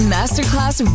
Masterclass